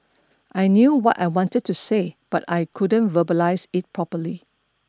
I knew what I wanted to say but I couldn't verbalise it properly